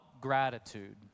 gratitude